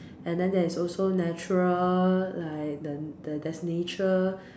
and then there's also natural like the there's nature